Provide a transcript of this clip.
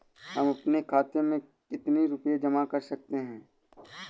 हम अपने खाते में कितनी रूपए जमा कर सकते हैं?